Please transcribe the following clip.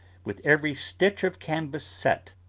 with every stitch of canvas set,